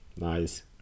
Nice